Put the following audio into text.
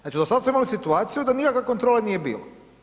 Znači do sad smo imali situaciju da nikakve kontrole nije bilo.